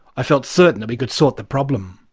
i felt certain that we could sort the problem.